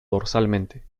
dorsalmente